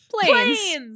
planes